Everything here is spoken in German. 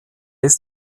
ist